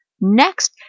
Next